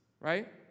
right